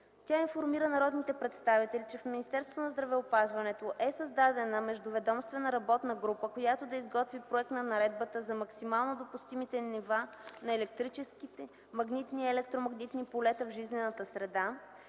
Тя информира народните представители, че в Министерството на здравеопазването е създадена междуведомствена работна група, която да изготви проект на Наредбата за максимално допустимите нива на електрически, магнитни и електромагнитни полета в жизнената среда,